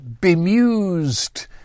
bemused